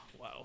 Wow